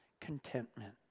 contentment